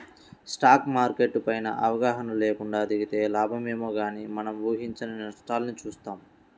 stock market పైన అవగాహన లేకుండా దిగితే లాభాలేమో గానీ మనం ఊహించని నష్టాల్ని చూత్తాం